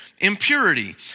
impurity